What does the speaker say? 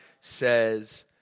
says